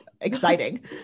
exciting